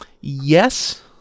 Yes